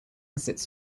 sits